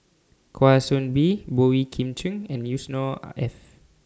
Kwa Soon Bee Boey Kim Cheng and Yusnor Ef